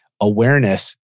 awareness